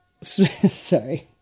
Sorry